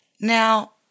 Now